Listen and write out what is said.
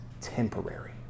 temporary